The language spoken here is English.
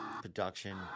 Production